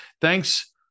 Thanks